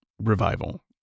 revival